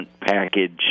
package